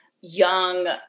young